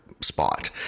spot